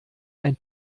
ein